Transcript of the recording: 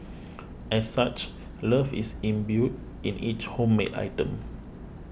as such love is imbued in each homemade item